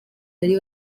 bari